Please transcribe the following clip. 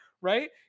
right